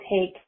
take